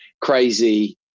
crazy